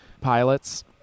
pilots